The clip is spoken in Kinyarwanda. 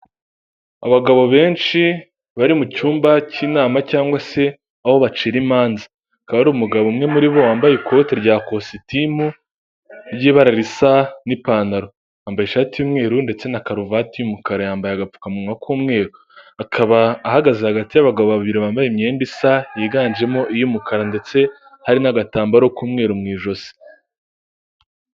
Abagabo benshi bari mucyumba cy'inama cyangwa se aho bacira imanza akaba ari umugabo umwe muri bo wambaye ikoti rya kositimu y'ibara risa n'ipantaro yambaye ishati y'umweru ndetse na karuvati y'umukara yambaye agapfukamunwa k'umweru akaba ahagaze hagati y'abagabo babiri bambaye imyenda isa yiganjemo iy'umukara ndetse hari n'agatambaro k'umweru mu ijosi